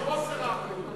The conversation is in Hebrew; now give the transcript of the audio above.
במלוא חוסר האחריות.